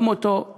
וגם אותו נער